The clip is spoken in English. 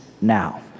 now